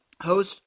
host